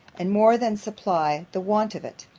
and more than supply the want of it.